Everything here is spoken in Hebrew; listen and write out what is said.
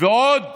ועוד